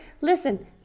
Listen